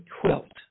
quilt